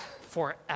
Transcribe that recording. forever